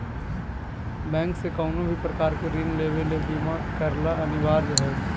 bank से कउनो भी प्रकार के ऋण लेवे ले बीमा करला अनिवार्य हय